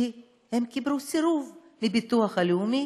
כי הם קיבלו סירוב מהביטוח הלאומי